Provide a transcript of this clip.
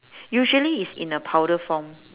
usually it's in a powder form